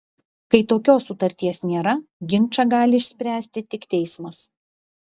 kai tokios sutarties nėra ginčą gali išspręsti tik teismas